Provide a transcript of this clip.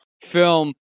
film